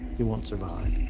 you won't survive.